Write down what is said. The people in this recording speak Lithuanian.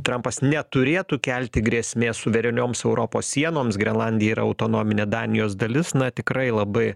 trampas neturėtų kelti grėsmės suverenioms europos sienoms grenlandija yra autonominė danijos dalis na tikrai labai